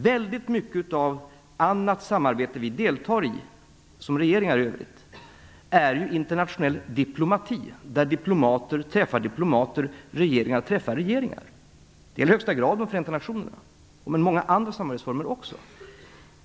Väldigt mycket av annat samarbete som vi liksom regeringar i övrigt deltar i är internationell diplomati där diplomater träffar diplomater och regeringar träffar regeringar. Det gäller i högsta grad Förenta nationerna men också många andra samarbetsformer.